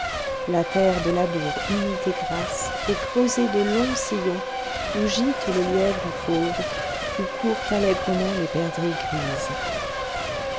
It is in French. la terre de labour humide et grasse est creusée de longs sillons où gîte le lièvre fauve où courent allègrement les perdrix grises